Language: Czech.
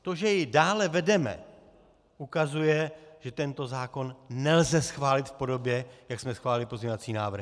To, že ji dále vedeme ukazuje, že tento zákon nelze schválit v podobě, jak jsme schválili pozměňovací návrhy.